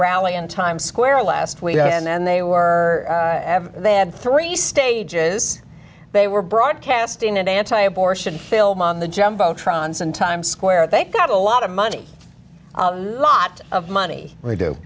rally in times square last week and they were they had three stages they were broadcasting an anti abortion film on the jumbo trons in times square they got a lot of money a lot of money we do